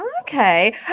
Okay